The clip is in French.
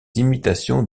imitations